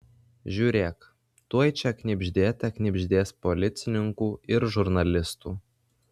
žiūrėk tuoj čia knibždėte knibždės policininkų ir žurnalistų